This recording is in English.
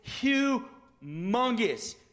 humongous